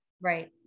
right